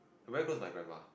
I'm very close to my grandma